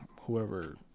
whoever